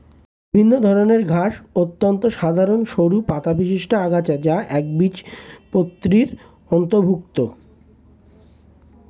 বিভিন্ন ধরনের ঘাস অত্যন্ত সাধারণ সরু পাতাবিশিষ্ট আগাছা যা একবীজপত্রীর অন্তর্ভুক্ত